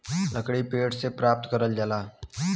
लकड़ी पेड़ से प्राप्त करल जाला